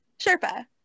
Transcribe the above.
Sherpa